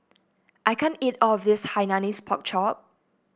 I can't eat all of this Hainanese Pork Chop